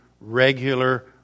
regular